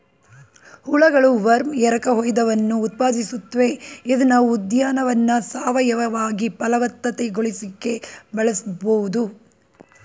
ಹುಳಗಳು ವರ್ಮ್ ಎರಕಹೊಯ್ದವನ್ನು ಉತ್ಪಾದಿಸುತ್ವೆ ಇದ್ನ ಉದ್ಯಾನವನ್ನ ಸಾವಯವವಾಗಿ ಫಲವತ್ತತೆಗೊಳಿಸಿಕೆ ಬಳಸ್ಬೋದು